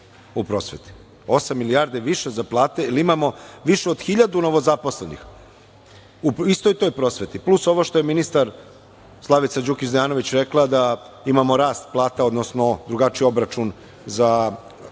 milijardi više za plate, jer imamo više od hiljadu novo zaposlenih u istoj toj prosveti plus ovo što je ministar Slavica Đukić Dejanović rekla da imamo rast plata odnosno drugačiji obračun za stručne